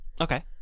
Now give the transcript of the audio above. Okay